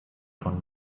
von